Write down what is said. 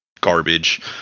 garbage